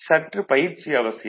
சற்று பயிற்சி அவசியம்